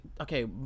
Okay